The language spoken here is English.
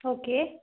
okay